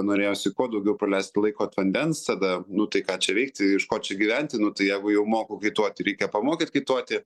norėjosi kuo daugiau praleisti laikoant vandens tada nu tai ką čia veikti iš ko čia gyventi nu tai jeigu jau moku kaituoti reikia pamokyt kaituoti